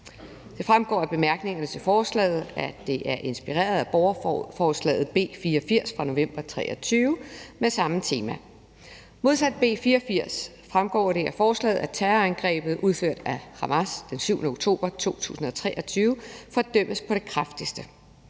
Det fremgår af bemærkningerne til forslaget, at det er inspireret af borgerforslaget B 84 fra november 2023 med samme tema. Modsat B 84 fremgår det af forslaget her, at terrorangrebet udført af Hamas den 7. oktober 2023 fordømmes på det kraftigste,